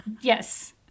Yes